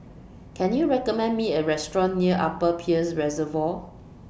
Can YOU recommend Me A Restaurant near Upper Peirce Reservoir